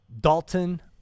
Dalton